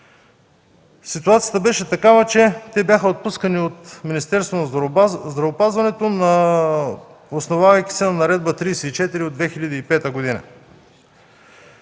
ситуацията беше такава, че те бяха отпускани от Министерството на здравеопазването, основавайки се на Наредба № 34 от 2005 г.